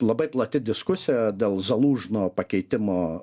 labai plati diskusija dėl zalužno pakeitimo